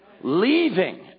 leaving